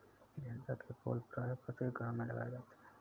गेंदा के फूल प्रायः प्रत्येक घरों में लगाए जाते हैं